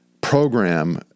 program